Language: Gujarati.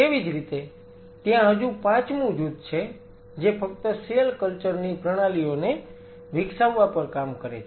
તેવી જ રીતે ત્યાં હજું પાંચમું જૂથ છે જે ફક્ત સેલ કલ્ચર ની પ્રણાલીઓને વિકસાવવા પર કામ કરે છે